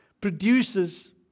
produces